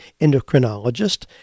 endocrinologist